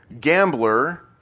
gambler